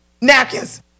napkins